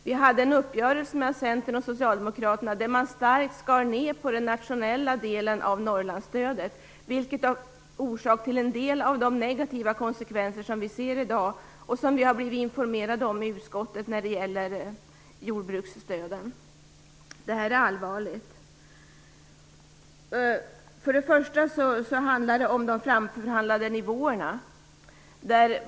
Vi fick en uppgörelse mellan Centern och Socialdemokraterna, där man starkt skar ned på den nationella delen av Norrlandsstödet. Detta var orsak till en del av de negativa konsekvenser som vi ser i dag och som vi har blivit informerade om i utskottet. Detta är allvarligt. Det handlar bl.a. om de framförhandlade nivåerna.